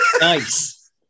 Nice